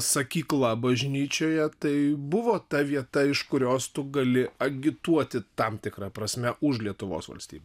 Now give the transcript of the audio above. sakykla bažnyčioje tai buvo ta vieta iš kurios tu gali agituoti tam tikra prasme už lietuvos valstybę